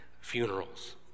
funerals